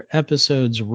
episodes